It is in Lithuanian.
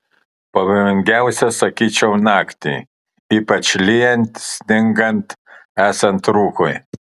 pavojingiausia sakyčiau naktį ypač lyjant sningant esant rūkui